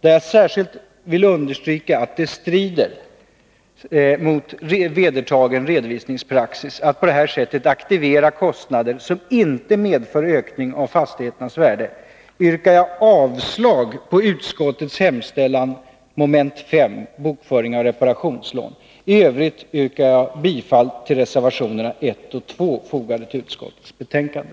där jag särskilt vill understryka att det strider mot vedertagen redovisningspraxis att på detta sätt aktivera kostnader som inte medför ökning av fastigheternas värde, yrkar jag avslag på utskottets hemställan, mom. 5, bokföring av reparationslån. I övrigt yrkar jag bifall till reservationerna 1 och 2, fogade till utskottets betänkande.